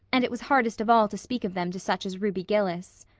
and it was hardest of all to speak of them to such as ruby gillis